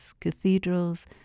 cathedrals